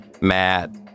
Matt